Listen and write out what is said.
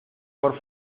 por